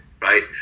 right